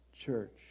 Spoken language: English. church